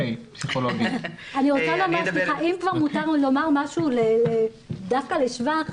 אם מותר לי לומר משהו דווקא לשבח,